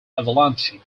avalanche